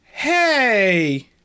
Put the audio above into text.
Hey